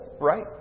right